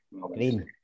Green